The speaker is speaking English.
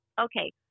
okay